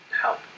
help